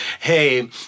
hey